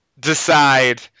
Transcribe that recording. decide